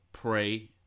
pray